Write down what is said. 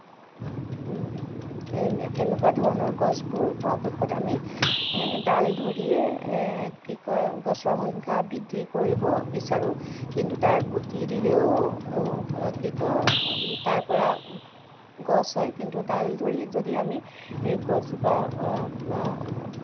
তেনেকুৱা ধৰণৰ গছবোৰ পৰাপক্ষত আমি ডাল ধৰিয়েই কি কয় গছৰ সংখ্যা বৃদ্ধি কৰিব বিচাৰোঁ কিন্তু তাৰ গুটি দিলেও কি কয় তাৰ পৰা গছ হয় কিন্তু ডাল ধৰি যদি আমি গছজোপা